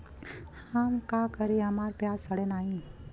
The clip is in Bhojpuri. हम का करी हमार प्याज सड़ें नाही?